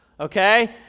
okay